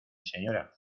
señora